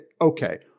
okay